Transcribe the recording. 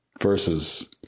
versus